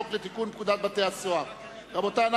הצעת חוק לתיקון פקודת בתי-הסוהר (מס' 39)